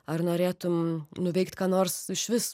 ar norėtum nuveikt ką nors išvis